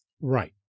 right